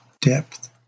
depth